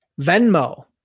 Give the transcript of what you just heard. Venmo